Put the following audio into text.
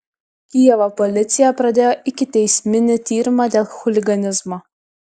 kijevo policija pradėjo ikiteisminį tyrimą dėl chuliganizmo